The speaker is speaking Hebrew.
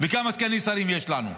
וכמה סגני שרים יש לנו.